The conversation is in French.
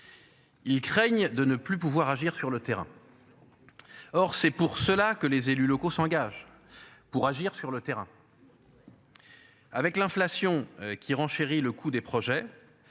Ils craignent de ne plus pouvoir agir sur le terrain. Or, c'est pour cela que les élus locaux s'engagent. Pour agir sur le terrain. Avec l'inflation qui renchérit le coût des projets.